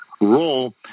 role